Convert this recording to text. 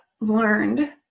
learned